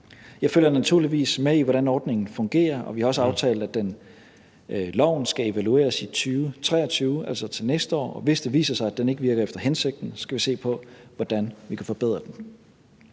Jeg følger naturligvis med i, hvordan ordningen fungerer, og vi har også aftalt, at loven skal evalueres i 2023, altså til næste år, og hvis det viser sig, at den ikke virker efter hensigten, skal vi se på, hvordan vi kan forbedre den.